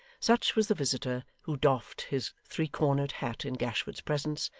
such was the visitor who doffed his three-cornered hat in gashford's presence,